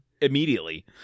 immediately